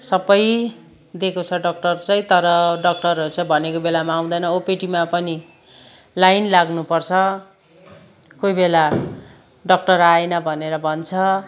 सबै दिएको छ डक्टर चाहिँ तर डक्टरहरू चाहिँ भनेको बेलामा आउँदैन ओपिडीमा पनि लाइन लाग्नुपर्छ कोही बेला डक्टर आएन भनेर भन्छ